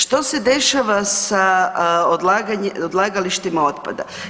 Što se dešava sa odlagalištima otpada?